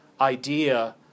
idea